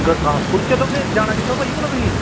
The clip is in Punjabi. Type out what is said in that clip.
ਗੁਰਦਾਸਪੁਰ ਚਲੋਗੇ ਜਾਣਾ ਕਿੱਥੋਂ ਭਾਅ ਜੀ ਭਲਾ ਤੁਸੀਂ